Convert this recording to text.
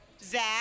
Zach